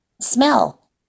smell